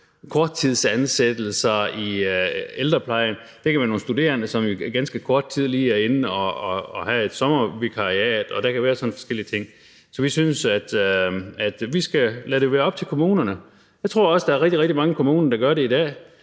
korttidsansættelser i ældreplejen. Det kan være nogle studerende, som i ganske kort tid lige er inde at have et sommervikariat, og der kan være forskellige andre ting. Så vi synes, at vi skal lade det være op til kommunerne. Jeg tror også, der er rigtig, rigtig mange kommuner, der i dag